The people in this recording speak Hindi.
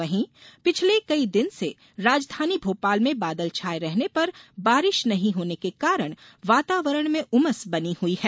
वहीं पिछले कई दिन से राजधानी भोपाल में बादल छाए रहने पर बारिश नहीं होने के कारण वातावरण में उमस बनी हुई है